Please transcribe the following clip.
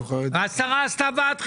והשרה עשתה ועד חינוך,